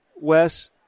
Wes